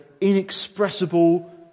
inexpressible